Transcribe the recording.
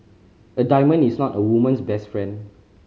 a diamond is not a woman's best friend